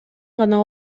гана